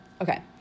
Okay